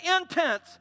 intense